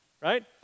right